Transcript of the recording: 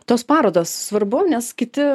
tos parodos svarbu nes kiti